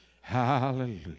hallelujah